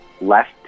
left